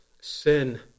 sin